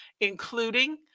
including